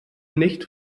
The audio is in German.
nicht